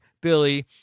Billy